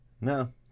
No